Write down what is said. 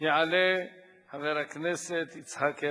יעלה חבר הכנסת יצחק הרצוג,